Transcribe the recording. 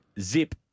zip